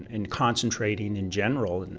and concentrating in general, and and